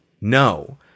No